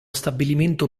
stabilimento